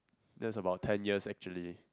that's about ten years actually